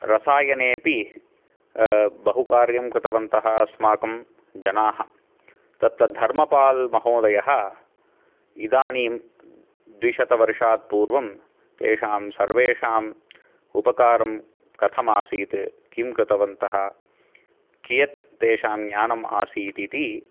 रसायनेपि बहुकार्यं कृतवन्तः अस्माकं जनाः तत्तद् धर्मपाल् महोदयः इदानीं द्विशतवर्षात् पूर्वं तेषां सर्वेषाम् उपकारं कथम् आसीत् किं कृतवन्तः कियत् तेषां ज्ञानम् आसीत् इति